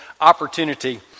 opportunity